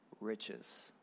riches